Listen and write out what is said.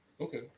Okay